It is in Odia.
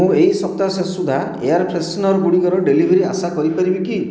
ମୁଁ ଏହି ସପ୍ତାହ ଶେଷ ସୁଦ୍ଧା ଏୟାର୍ ଫ୍ରେଶନର୍ ଗୁଡ଼ିକର ଡେଲିଭରି ଆଶା କରିପାରିବି କି